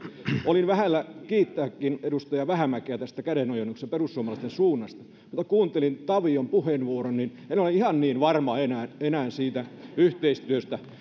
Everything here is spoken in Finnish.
olin vähällä kiittääkin edustaja vähämäkeä tästä kädenojennuksesta perussuomalaisten suunnasta mutta kun kuuntelin tavion puheenvuoron niin en ole enää ihan niin varma siitä yhteistyöstä